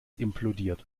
implodiert